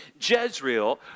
Jezreel